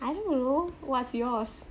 I don't know what's yours